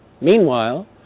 Meanwhile